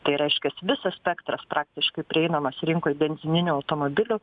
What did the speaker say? tai reiškias visas spektras praktiškai prieinamas rinkoj benzininių automobilių